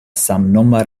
samnoma